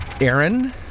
Aaron